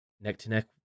neck-to-neck